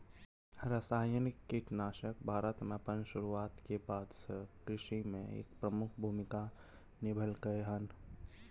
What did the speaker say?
रासायनिक कीटनाशक भारत में अपन शुरुआत के बाद से कृषि में एक प्रमुख भूमिका निभलकय हन